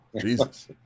Jesus